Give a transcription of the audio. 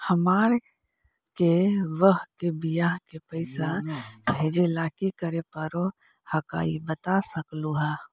हमार के बह्र के बियाह के पैसा भेजे ला की करे परो हकाई बता सकलुहा?